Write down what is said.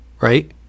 Right